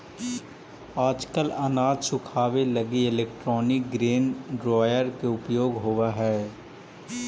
आजकल अनाज सुखावे लगी इलैक्ट्रोनिक ग्रेन ड्रॉयर के उपयोग होवऽ हई